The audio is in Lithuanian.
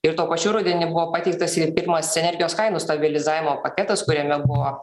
ir tuo pačiu rudenį buvo pateiktas ir pirmas energijos kainų stabilizavimo paketas kuriame buvo